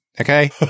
okay